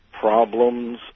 problems